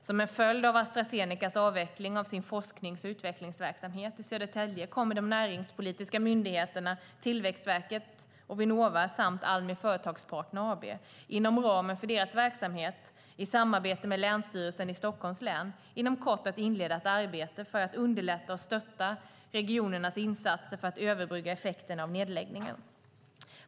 Som en följd av Astra Zenecas avveckling av sin forsknings och utvecklingsverksamhet i Södertälje kommer de näringspolitiska myndigheterna Tillväxtverket och Vinnova samt Almi Företagspartner AB inom ramen för deras verksamhet i samarbete med Länsstyrelsen i Stockholms län inom kort att inleda ett arbete för att underlätta och stötta regionens insatser för att överbrygga effekterna av nedläggningen.